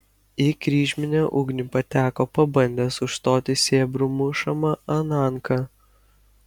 į kryžminę ugnį pateko pabandęs užstoti sėbrų mušamą ananką